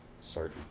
start